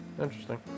Interesting